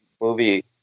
movie